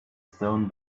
stone